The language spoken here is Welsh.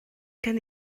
gen